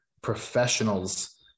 professionals